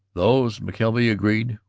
those, mckelvey agreed,